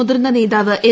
മുതിർന്ന നേതാവ് എൽ